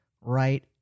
right